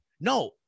no